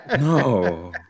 no